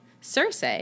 Circe